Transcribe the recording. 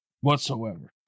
whatsoever